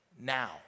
now